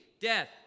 death